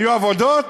היו עבודות?